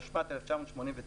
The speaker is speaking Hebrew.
התשמ"ט-1989,